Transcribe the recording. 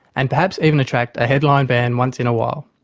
and perhaps even attract a headline band once in a while.